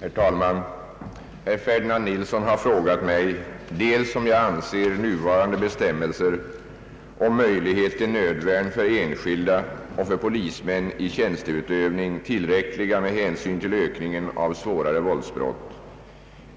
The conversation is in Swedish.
Herr talman! Herr Ferdinand Nilsson har frågat mig dels om jag anser nuvarande bestämmelser om möjlighet till nödvärn för enskilda och för polismän i tjänsteutövning tillräckliga med hän syn till ökningen av svårare våldsbrott,